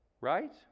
right